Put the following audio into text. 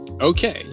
Okay